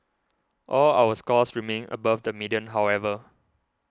all our scores remain above the median however